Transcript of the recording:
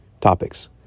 topics